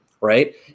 right